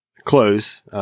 close